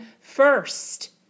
first